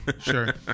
Sure